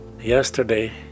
yesterday